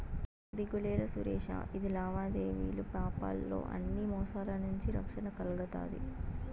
దిగులేలా సురేషా, ఇది లావాదేవీలు పేపాల్ తో అన్ని మోసాల నుంచి రక్షణ కల్గతాది